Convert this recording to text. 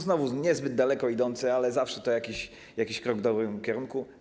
Znowu niezbyt daleko idące, ale zawsze to jakiś krok w dobrym kierunku.